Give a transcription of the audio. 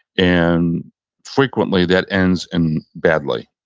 and frequently, that ends and badly,